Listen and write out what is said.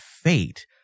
fate